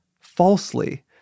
falsely